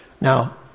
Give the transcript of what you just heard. Now